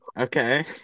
okay